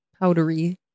powdery